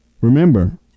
Remember